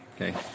okay